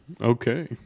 Okay